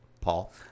Paul